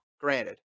granted